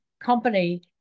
company